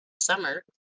summer